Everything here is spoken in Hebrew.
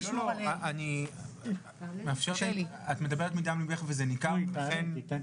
את מדברת מדם ליבך וזה ניכר, אני